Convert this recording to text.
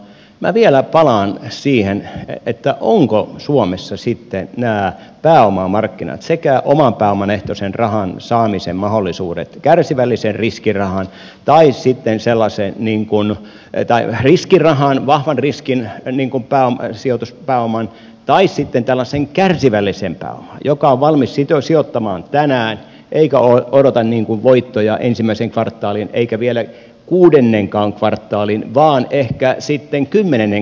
minä vielä palaan siihen että onko suomessa sitten nämä pääomamarkkinat sekä oman pääoman ehtoisen rahan saamisen mahdollisuudet kärsivällisen riskirahan tai sitten sellaiseen niin huono että riskirahan vahvan riskin sijoituspääoman tai sitten tällaisen kärsivällisen pääoman joka on valmis sijoittamaan tänään eikä odota voittoja ensimmäisen kvartaalin eikä vielä kuudennenkaan kvartaalin vaan ehkä sitten kymmenennen kvartaalin jälkeen